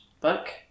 book